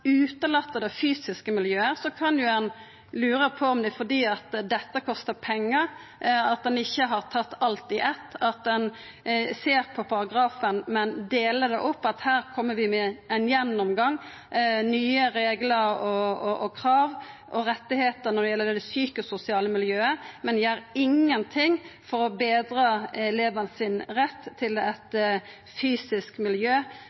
det fysiske miljøet, kan ein lura på om det er fordi dette kostar pengar, at ein ikkje har tatt alt i eitt, at ein ser på paragrafen, men deler det opp: Her kjem vi med ein gjennomgang, nye reglar, krav og rettar når det gjeld det psykososiale miljøet, men gjer ingenting for å betra elevane sin rett til eit fysisk miljø